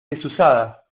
desusada